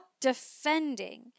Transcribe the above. defending